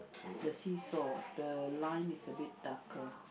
the seesaw the line is a bit darker